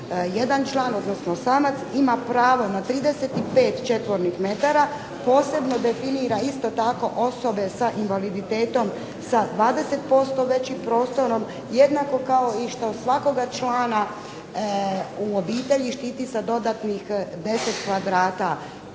jedan član, odnosno samac ima pravo na 35 četvornih metara, posebno definira isto tako osobe sa invaliditetom sa 20% većim prostorom jednako kao i što svakoga člana u obitelji štiti sa dodatnih 10 kvadrata.